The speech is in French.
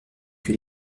que